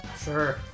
Sure